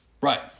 Right